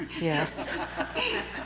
Yes